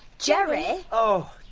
jerry? oh,